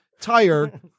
tire